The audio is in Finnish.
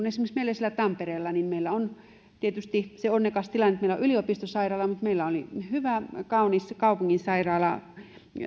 esimerkiksi meillä tampereella on tietysti se onnekas tilanne että meillä on yliopistosairaala mutta meillä on hyvä kaunis kaupunginsairaala